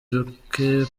ruke